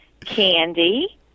candy